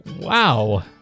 Wow